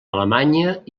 alemanya